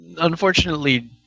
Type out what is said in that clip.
unfortunately